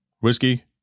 whiskey